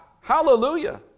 Hallelujah